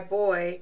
boy